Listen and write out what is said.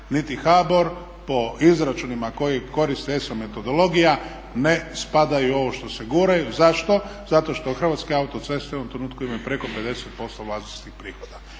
niti HBOR po izračunima koji koriste ESA metodologija ne spadaju u ovo što se guraju. Zašto? Zato što Hrvatske autoceste u ovom trenutku imaju preko 50% …/Govornik